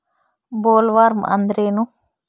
Bollworm ಅಂದ್ರೇನು?